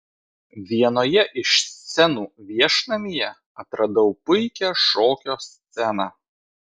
vienoje iš scenų viešnamyje atradau puikią šokio sceną